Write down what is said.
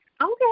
Okay